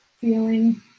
Feeling